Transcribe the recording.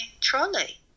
trolley